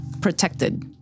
protected